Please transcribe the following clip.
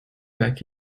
back